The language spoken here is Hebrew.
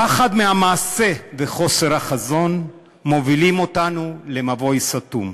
הפחד מהמעשה וחוסר החזון מובילים אותנו למבוי סתום.